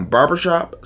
Barbershop